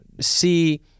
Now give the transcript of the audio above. see